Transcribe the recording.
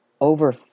over